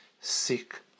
sick